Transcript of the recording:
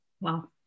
Wow